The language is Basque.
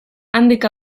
handik